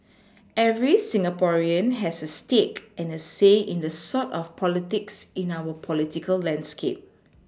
every Singaporean has a stake and a say in the sort of politics in our political landscape